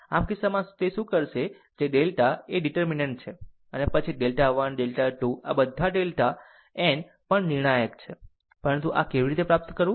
આમ આ કિસ્સામાં તે શું કરશે જે ડેલ્ટા એ ડીટેર્મિનન્ટ છે અને પછી ડેલ્ટા 1 ડેલ્ટા 2 બધા ડેલ્ટા એન પણ નિર્ણાયક છે પરંતુ આ કેવી રીતે પ્રાપ્ત કરવું